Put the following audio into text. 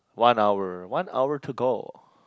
one hour one hour to go